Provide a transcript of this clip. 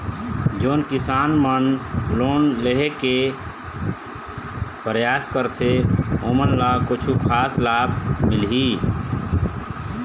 जोन किसान मन लोन लेहे के परयास करथें ओमन ला कछु खास लाभ मिलही?